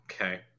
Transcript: okay